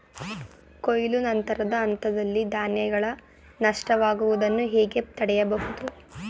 ಕೊಯ್ಲು ನಂತರದ ಹಂತದಲ್ಲಿ ಧಾನ್ಯಗಳ ನಷ್ಟವಾಗುವುದನ್ನು ಹೇಗೆ ತಡೆಯಬಹುದು?